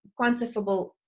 quantifiable